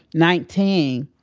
nineteen.